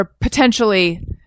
potentially